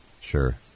Sure